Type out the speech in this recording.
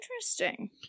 interesting